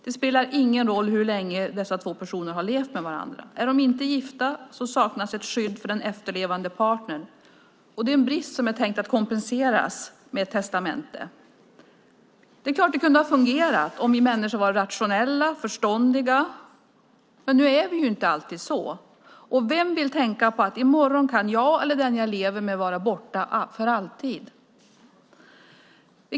Det spelar ingen roll hur länge dessa två personer har levt med varandra - är de inte gifta saknas ett skydd för den efterlevande partnern. Det är en brist som är tänkt att kompenseras med ett testamente. Det är klart att det kunde ha fungerat om vi människor var rationella och förståndiga, men nu är vi ju inte alltid det. Och vem vill tänka på att jag eller den jag lever med kan vara borta för alltid i morgon?